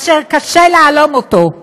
אשר קשה להלום אותו.